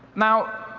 now,